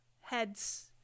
heads